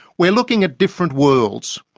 we are looking at different worlds.